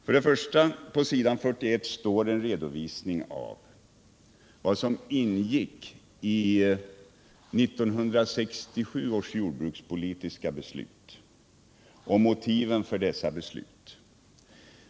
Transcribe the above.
Först och främst vill jag nämna att på s. 41 finns en redovisning av vad som ingick i 1967 år jordbrukspolitiska beslut och motiven för dessa beslut.